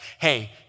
Hey